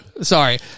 Sorry